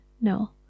No